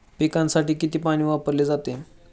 पिकांसाठी किती पाणी वापरले जाते?